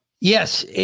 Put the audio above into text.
Yes